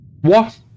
What